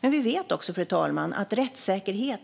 Men vi vet också, fru talman, att rättssäkerhet